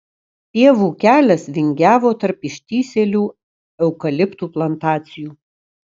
pievų kelias vingiavo tarp ištįsėlių eukaliptų plantacijų